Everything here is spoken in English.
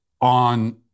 on